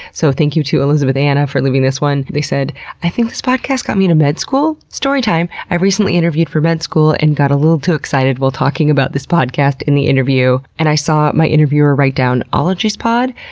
so thank you to elizabethanna for leaving this one. they said i think this podcast got me into med school? story time i recently interviewed for med school and got a little too excited while talking about this podcast in the interview and i saw my interviewer write down ologies pod?